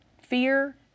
fear